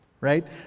Right